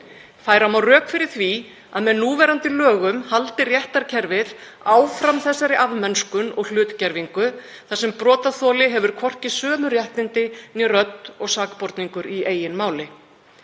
Færa má rök fyrir því að með núverandi lögum haldi réttarkerfið áfram þessari afmennskun og hlutgervingu, þar sem brotaþoli hefur hvorki sömu réttindi né rödd og sakborningur í eigin máli.